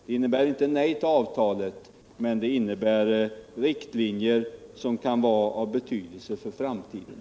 Det innebär inte nej till avtalet, men det innebär riktlinjer som kan vara av betydelse för framtiden.